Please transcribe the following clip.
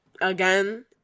again